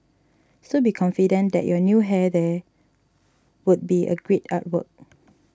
so be confident that your new hair there would be a great artwork